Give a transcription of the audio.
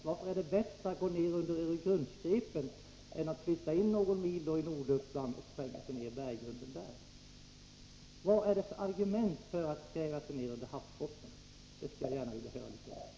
Varför är det bättre att man går ned under Öregrundsgrepen än att man flyttar sig några mil in i Norduppland och spränger sig ned i berggrunden där? Jag skulle vilja höra vilka argument som finns för att man skall gräva sig ned under havsbotten.